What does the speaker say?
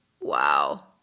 wow